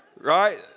right